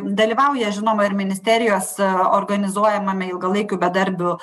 dalyvauja žinoma ir ministerijos organizuojamame ilgalaikių bedarbių